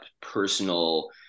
personal